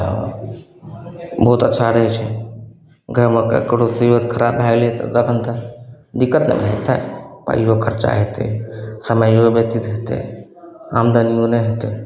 तऽ बहुत अच्छा रहय छै घरमे ककरो तबियत खराब भए गेलय तऽ तखन तऽ दिक्कत नहि हेतय पाइयो खर्चा हेतय समइयो व्यतीत हेतय आमदनियो नहि हेतय